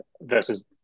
versus